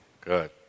Good